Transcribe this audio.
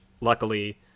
luckily